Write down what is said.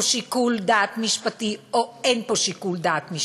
שיקול דעת משפטי או אין פה שיקול דעת משפטי,